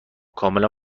کاملا